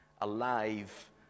alive